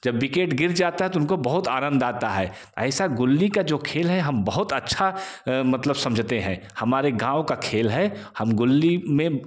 जब विकेट गिर जाता है तो उनको बहुत आनंद आता है ऐसा गिली का जो खेल है हम बहुत अच्छा मतलब समझते हैं हमारे गाँव का खेल है हम गिली में